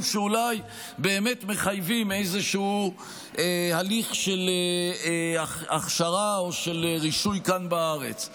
שאולי באמת מחייבים איזשהו הליך של הכשרה או של רישוי כאן בארץ,